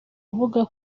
avuga